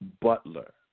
Butler